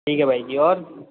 ठीक है भाई जी और